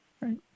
Right